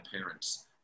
parents